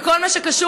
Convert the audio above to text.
וכל מה שקשור,